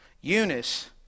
Eunice